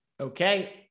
Okay